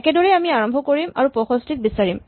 একেদৰেই আমি আৰম্ভ কৰিম আৰু ৬৫ ক বিচাৰিম